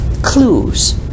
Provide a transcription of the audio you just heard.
clues